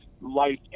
life